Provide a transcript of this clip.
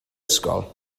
ysgol